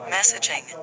Messaging